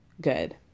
good